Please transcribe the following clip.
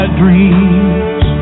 dreams